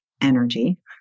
energy